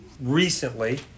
recently